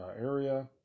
area